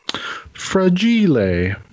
Fragile